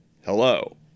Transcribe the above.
Hello